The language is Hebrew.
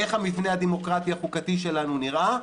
איך המבנה הדמוקרטי החוקתי שלנו נראה,